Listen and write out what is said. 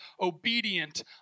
obedient